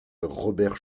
robert